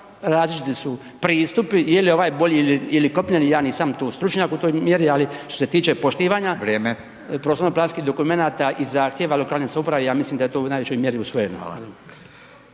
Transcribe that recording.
različiti su pristupi, je li ovaj bolji ili, ili kopneni, ja nisam tu stručnjak u toj mjeri, ali što se tiče poštivanja …/Upadica: Vrijeme/…prostorno planskih dokumenata i zahtjeva lokalne samouprave ja mislim da je to u najvećoj mjeri usvojeno.